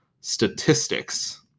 statistics